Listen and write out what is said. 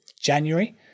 January